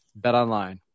BetOnline